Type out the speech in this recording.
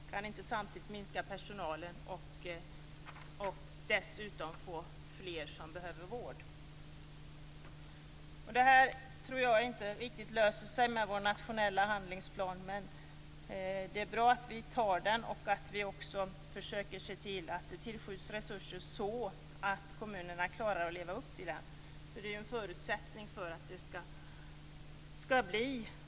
Man kan inte samtidigt minska personalen och ta hand om fler som behöver vård. Jag tror inte att de här problemen riktigt kommer att lösas med vår nationella handlingsplan, men det är bra att vi antar den och även försöker se till att det tillskjuts sådana resurser att kommunerna kan leva upp till den.